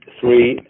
three